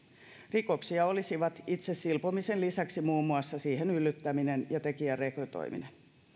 rikoksia olisivat itse silpomisen lisäksi muun muassa siihen yllyttäminen ja tekijän rekrytoiminen